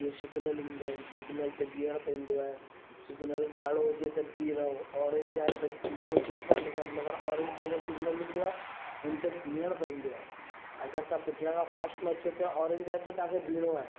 तीअं सिगनल ईंदा आहिनि सिगनल ते बीहण पईंदो आहे सिगनल ॻाढ़ो हुजे त बीह रहो ऑरेंज आहे त माण्हू जम्प हणंदा आहिनि मगरि ऑरेंज जेको सिगनल हूंदो आहे हुन ते बीहणु पइंदो आहे अगरि तव्हां पुठियां खां हे फास्ट में अचो पिया ऑरेंज आहे त तव्हां खे बीहणो आहे